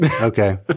Okay